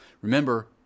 Remember